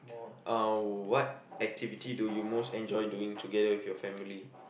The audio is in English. uh what activity do you most enjoy doing together with your family